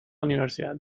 universidad